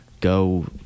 go